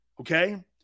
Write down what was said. Okay